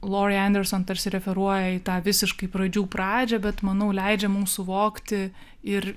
lori anderson tarsi referuoja į tą visiškai pradžių pradžią bet manau leidžia mums suvokti ir